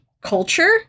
culture